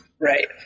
Right